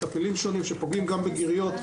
טפילים שונים שפוגעים גם בגיריות,